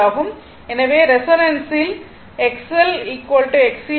எனவே ரெசோனன்ஸில் XLXC ஆகும்